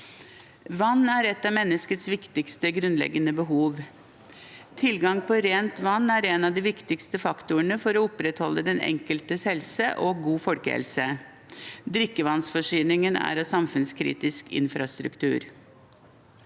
Vann er et av menneskets viktigste grunnleggende behov. Tilgang på rent vann er en av de viktigste faktorene for å opprettholde den enkeltes helse og en god folkehelse. Drikkevannsforsyningen er samfunnskritisk infrastruktur.